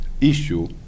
issue